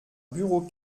bureau